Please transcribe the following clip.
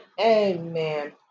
Amen